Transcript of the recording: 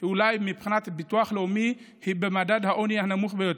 אולי מבחינת ביטוח לאומי היא במדד העוני הנמוך ביותר,